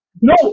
No